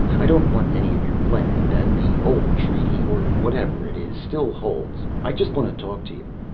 i don't want any of your land and the old treaty or whatever it is still holds. i just want to talk to you.